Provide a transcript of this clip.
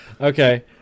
Okay